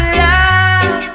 love